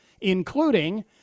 including